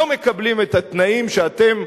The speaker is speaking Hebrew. לא מקבלים את התנאים שאתם,